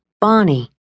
Bonnie